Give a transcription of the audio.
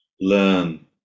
learn